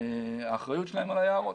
האחריות שלהם על היערות.